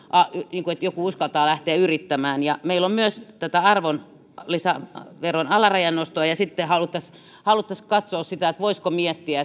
että joku uskaltaisi lähteä tätä yrittämään meillä on myös tätä arvonlisäveron alarajan nostoa ja sitten haluttaisiin haluttaisiin katsoa sitä voisiko miettiä